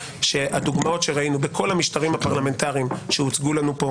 הדוגמאות שראינו בכל המשטרים הפרלמנטריים שהוצגו לנו פה,